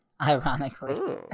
ironically